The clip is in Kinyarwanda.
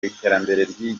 iterambere